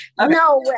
No